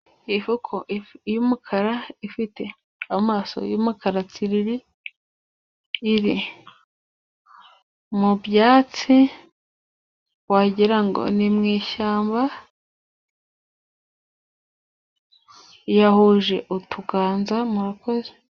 Ifuko y'umukara ifite amaso y'umukara tsiriri, iri mu byatsi wagira ngo ni mu ishyamba. Yahuje utuganza. Murakoze.